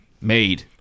Made